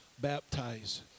baptize